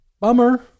bummer